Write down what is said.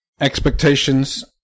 expectations